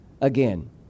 again